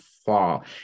fall